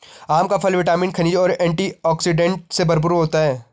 आम का फल विटामिन, खनिज और एंटीऑक्सीडेंट से भरपूर होता है